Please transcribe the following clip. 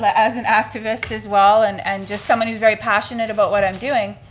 but as an activist as well, and and just someone who's very passionate about what i'm doing,